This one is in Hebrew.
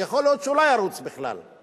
ויכול להיות שלא ירוץ בכלל,